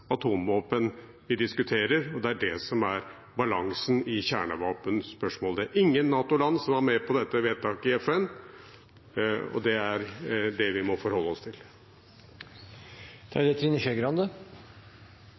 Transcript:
Det er ingen NATO-land som var med på dette vedtaket i FN, og det er det vi må forholde oss til.